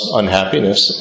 unhappiness